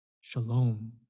shalom